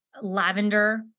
lavender